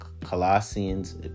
colossians